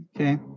okay